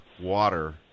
water